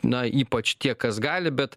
na ypač tie kas gali bet